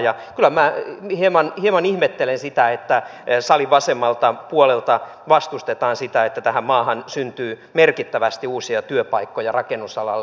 ja kyllä minä hieman ihmettelen sitä että salin vasemmalta puolelta vastustetaan sitä että tähän maahan syntyy merkittävästi uusia työpaikkoja rakennusalalle